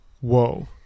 whoa